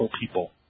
people